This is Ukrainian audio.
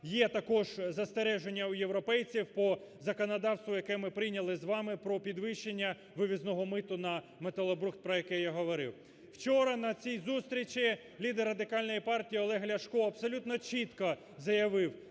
є також застереження у європейців по законодавству, яке ми прийняли з вами про підвищення вивізного мито на металобрухт, про яке я говорив. Вчора на цій зустрічі лідер Радикальної партії Олег Ляшко абсолютно чітко заявив